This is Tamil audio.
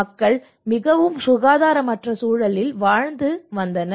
மக்கள் மிகவும் சுகாதாரமற்ற சூழலில் வாழ்ந்து வந்தனர்